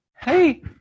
hey –